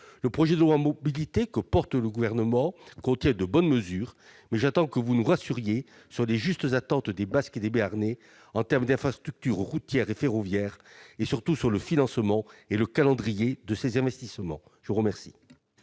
Le projet de loi sur les mobilités contient de bonnes mesures, mais j'attends que vous nous rassuriez sur la réponse aux justes attentes des Basques et des Béarnais en termes d'infrastructures routières et ferroviaires et, surtout, sur le financement et le calendrier de ces investissements. La parole